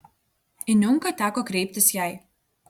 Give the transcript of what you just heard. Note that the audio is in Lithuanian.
į niunką teko kreiptis jai